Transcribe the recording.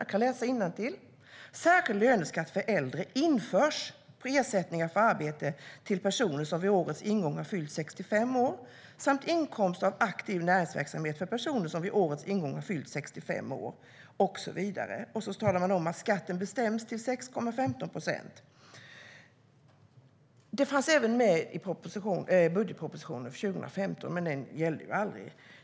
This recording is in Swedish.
Jag kan läsa innantill: "Särskild löneskatt införs på ersättningar för arbete till personer som vid årets ingång har fyllt 65 år samt inkomst av aktiv näringsverksamhet för personer som vid årets ingång har fyllt 65 år." Man talar också om att skatten bestäms till 6,15 procent. Det här fanns även med i budgetpropositionen för 2015, men den gällde ju aldrig.